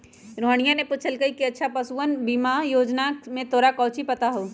रोहिनीया ने पूछल कई कि अच्छा पशुधन बीमा योजना के बारे में तोरा काउची पता हाउ?